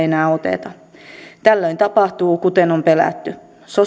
enää oteta tällöin tapahtuu kuten on pelätty